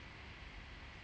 mm